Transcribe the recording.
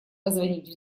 позвонить